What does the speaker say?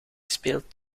speelt